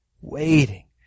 waiting